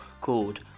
called